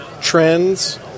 trends